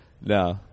No